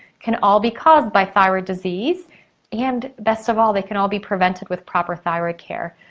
can all be caused by thyroid disease and best of all, they can all be prevented with proper thyroid care.